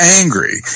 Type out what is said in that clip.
angry